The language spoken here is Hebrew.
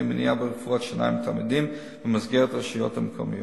מניעה ברפואת שיניים לתלמידים במסגרת הרשויות המקומיות.